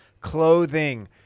clothing